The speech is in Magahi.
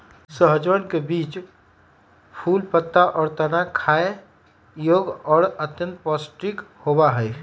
सहजनवन के बीज, फूल, पत्ता, और तना खाय योग्य और अत्यंत पौष्टिक होबा हई